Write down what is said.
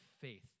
faith